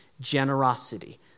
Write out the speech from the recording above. generosity